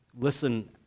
Listen